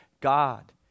God